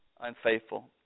unfaithful